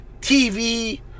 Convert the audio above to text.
TV